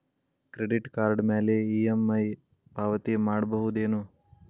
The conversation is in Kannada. ಕ್ರೆಡಿಟ್ ಕಾರ್ಡ್ ಮ್ಯಾಲೆ ಇ.ಎಂ.ಐ ಪಾವತಿ ಮಾಡ್ಬಹುದೇನು?